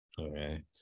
Okay